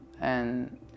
and-